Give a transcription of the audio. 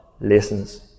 listens